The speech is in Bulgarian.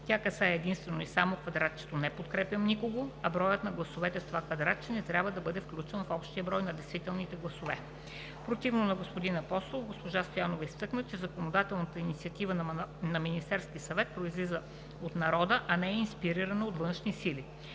Тя касае единствено и само квадратчето „не подкрепям никого“, а броят на гласовете в това квадратче не трябва да бъде включено в общия брой на действителните гласове. Противно на господин Апостолов, госпожа Стоянова изтъкна, че законодателната инициатива на Министерския съвет произлиза от народа, а не е инспирирана от външни сили.